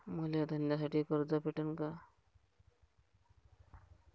मले धंद्यासाठी कर्ज भेटन का?